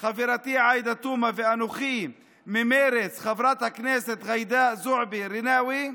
חברתי עאידה תומא ואנוכי וממרצ חברת הכנסת ג'ידא זועבי רינאוי,